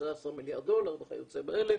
15 מיליארד דולר וכיוצא באלה,